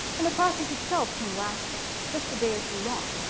and the process itself can last just a day or two long.